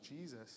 Jesus